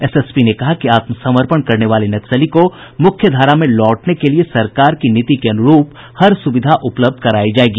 SSP ने कहा कि आत्मसमर्पण करने वाले नक्सली को मुख्यधारा में लौटने के लिए सरकार के नीति के अनुरूप हर सुविधा उपलब्ध करायी जायेगी